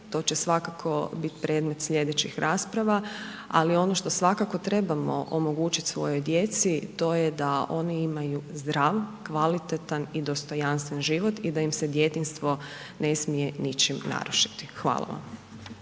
to će svakako bit predmet slijedećih rasprava ali ono što svakako trebamo omogućiti svojoj djeci, to je da oni imaju zdrav, kvalitetan i dostojanstven život i da im djetinjstvo ne smije ničim narušiti. Hvala vam.